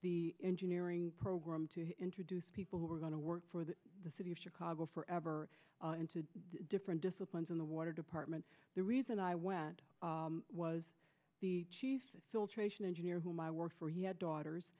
the engineering program to introduce people who were going to work for the city of chicago forever and to different disciplines in the water department the reason i went was the filtration engineer whom i work for he had daughters